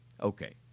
Okay